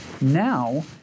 Now